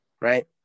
right